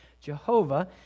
Jehovah